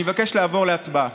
אני מבקש לעבור להצבעה.